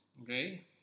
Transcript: Okay